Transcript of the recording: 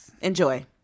Enjoy